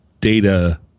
data